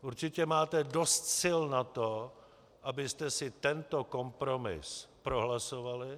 Určitě máte dost sil na to, abyste si tento kompromis prohlasovali.